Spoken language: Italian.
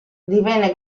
divenne